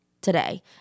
Today